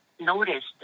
noticed